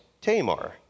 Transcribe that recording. Tamar